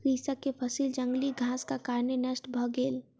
कृषक के फसिल जंगली घासक कारणेँ नष्ट भ गेल